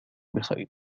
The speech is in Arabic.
بخير